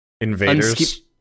Invaders